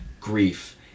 grief